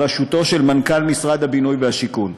בראשותו של מנכ"ל משרד הבינוי והשיכון.